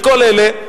לכל אלה,